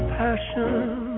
passion